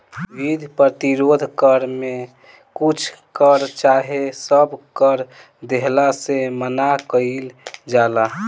युद्ध प्रतिरोध कर में कुछ कर चाहे सब कर देहला से मना कईल जाला